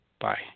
Bye